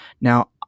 Now